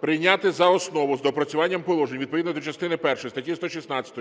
прийняти за основу з доопрацюванням положень відповідно до частини першої статті 116